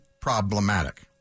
problematic